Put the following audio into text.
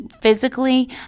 physically